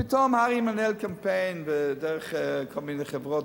פתאום הר"י מנהלת קמפיין דרך כל מיני חברות,